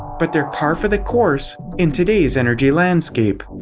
but they're par for the course in today's energy landscape.